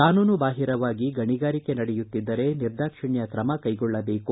ಕಾನೂನು ಬಾಹಿರವಾಗಿ ಗಣಿಗಾರಿಕೆ ನಡೆಯುತ್ತಿದ್ದರೆ ನಿರ್ದಾಕ್ಷಿಣ್ಯ ಕ್ಷೆಗೊಳ್ಳಬೇಕು